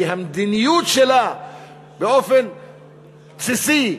כי המדיניות שלה באופן בסיסי,